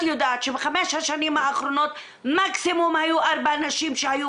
יודעת שבחמש השנים האחרונות מקסימום היו ארבע נשים שהיו